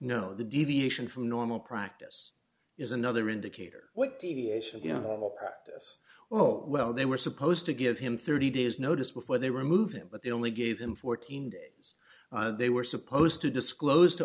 the deviation from normal practice is another indicator what deviation practice oh well they were supposed to give him thirty days notice before they removed him but they only gave him fourteen days they were supposed to disclose to